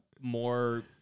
more